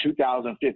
2015